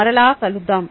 మరలా కలుద్దాం